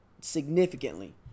Significantly